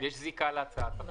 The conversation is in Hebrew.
יש זיקה להצעת החוק.